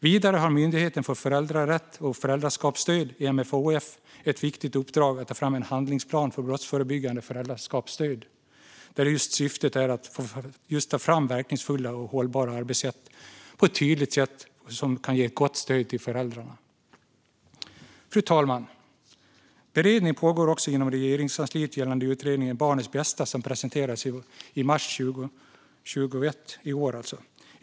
Vidare har Myndigheten för familjerätt och föräldraskapsstöd, MFoF, ett viktigt uppdrag att ta fram en handlingsplan för brottsförebyggande föräldraskapsstöd, där syftet är just att ta fram verkningsfulla och hållbara arbetssätt som på ett tydligt sätt kan ge ett gott stöd till föräldrarna. Fru talman! Beredning pågår också inom Regeringskansliet gällande utredningen om barnets bästa, som presenterades i mars i år.